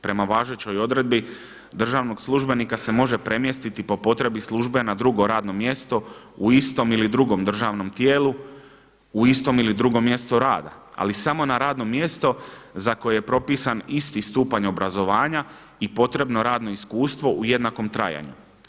Prema važećoj odredbi, državnog službenika se može premjestiti po potrebi službe na drugo radno mjesto u istom ili drugom državnom tijelu, u istom ili drugom mjestu rada ali samo na radno mjesto za koje je propisan isti stupanj obrazovanja i potrebno radno iskustvo u jednakom trajanju.